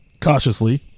cautiously